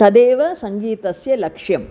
तदेव सङ्गीतस्य लक्ष्यम्